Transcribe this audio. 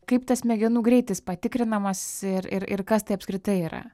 kaip tas smegenų greitis patikrinamas ir ir ir kas tai apskritai yra